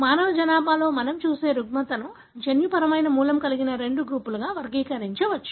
మానవ జనాభాలో మనం చూసే రుగ్మతను జన్యుపరమైన మూలం కలిగిన రెండు గ్రూపులుగా వర్గీకరించవచ్చు